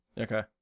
Okay